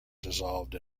dissolved